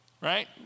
right